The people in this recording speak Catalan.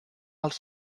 els